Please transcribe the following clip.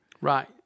Right